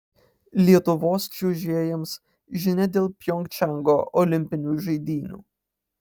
lietuvos čiuožėjams žinia dėl pjongčango olimpinių žaidynių